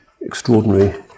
extraordinary